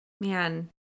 Man